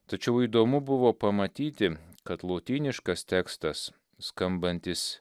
tačiau įdomu buvo pamatyti kad lotyniškas tekstas skambantis